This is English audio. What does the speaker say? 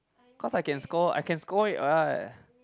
cause I can score I can score it [what]